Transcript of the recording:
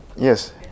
Yes